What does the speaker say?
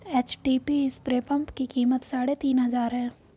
HTP spray pump की कीमत साढ़े तीन हजार है